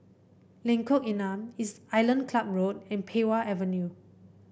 Lengkok Enam Island Club Road and Pei Wah Avenue